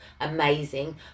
amazing